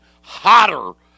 hotter